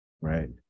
Right